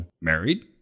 married